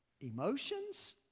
Emotions